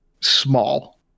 small